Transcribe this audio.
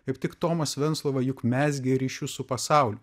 kaip tik tomas venclova juk mezgė ryšius su pasauliu